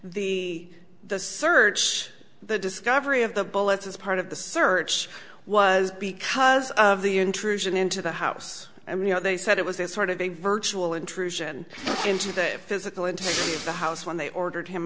the the search the discovery of the bullets as part of the search was because of the intrusion into the house and you know they said it was a sort of a virtual intrusion into the physical into the house when they ordered him